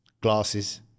glasses